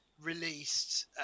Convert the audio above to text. released